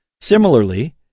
Similarly